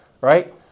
right